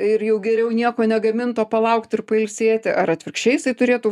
ir jau geriau nieko negamint o palaukt ir pailsėti ar atvirkščiai jisai turėtų